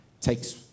takes